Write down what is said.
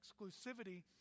exclusivity